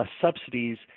subsidies